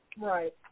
Right